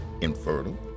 infertile